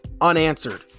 Unanswered